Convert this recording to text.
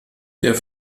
der